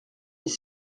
des